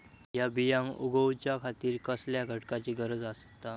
हया बियांक उगौच्या खातिर कसल्या घटकांची गरज आसता?